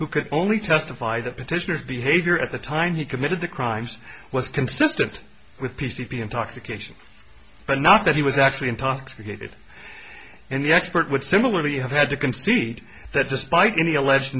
who could only testify that petitioners behavior at the time he committed the crimes was consistent with p c p intoxication but not that he was actually intoxicated and the expert would similarly have had to concede that despite any alleged